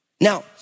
Now